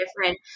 different